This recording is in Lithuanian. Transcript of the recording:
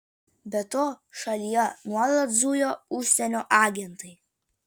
be to šalyje nuolat zujo užsienio agentai